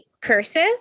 cursive